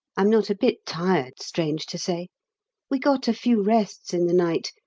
i'm not a bit tired, strange to say we got a few rests in the night,